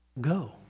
Go